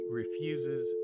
refuses